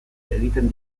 egiten